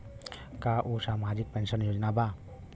का उ सामाजिक पेंशन योजना बा?